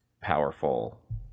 powerful